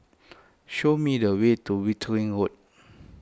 show me the way to Wittering Road